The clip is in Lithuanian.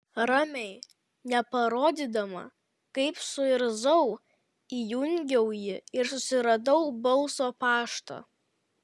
ramiai neparodydama kaip suirzau įjungiau jį ir susiradau balso paštą